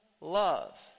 love